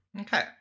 Okay